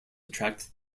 attract